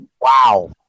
wow